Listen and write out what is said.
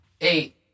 Eight